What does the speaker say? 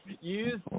Use